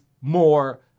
more